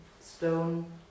stone